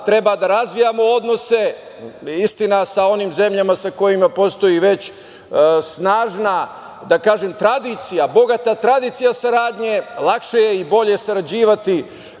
treba da razvijamo odnose, istina, sa onim zemljama sa kojima već postoji snažna, da kažem, tradicija, bogata tradicija saradnje. Lakše je i bolje sarađivati,